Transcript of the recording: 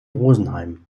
rosenheim